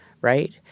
right